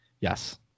Yes